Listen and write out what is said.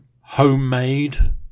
homemade